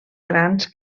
grans